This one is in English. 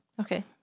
Okay